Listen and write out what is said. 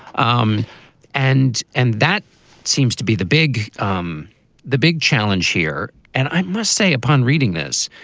um and and that seems to be the big um the big challenge here. and i must say, upon reading this,